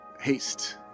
Haste